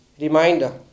reminder